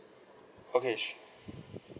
okay